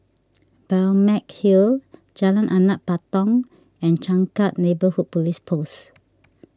Balmeg Hill Jalan Anak Patong and Changkat Neighbourhood Police Post